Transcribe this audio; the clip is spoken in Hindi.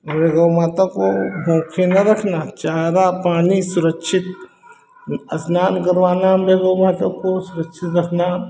और गौ माता को भूखे न रखना चारा पानी सुरक्षित स्नान करवाना हमारे गौ माता को सुरक्षित रखना